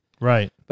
Right